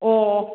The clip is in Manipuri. ꯑꯣ